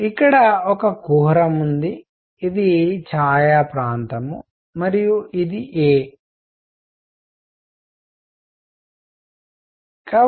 కాబట్టి ఇక్కడ ఈ కుహరం ఉంది ఇది ఛాయా ప్రాంతం మరియు ఇది a